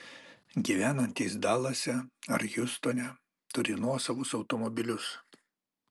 gyvenantys dalase ar hjustone turi nuosavus automobilius